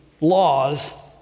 laws